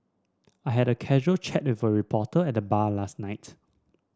I had a casual chat with a reporter at the bar last night